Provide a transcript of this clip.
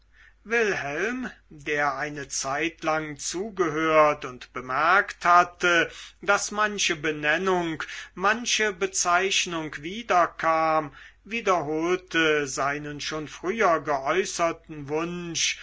wilhelm der eine zeitlang zugehört und bemerkt hatte daß manche benennung manche bezeichnung wiederkam wiederholte seinen schon früher geäußerten wunsch